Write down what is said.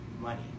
money